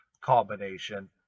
combination